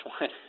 one